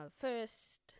first